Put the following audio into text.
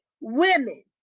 women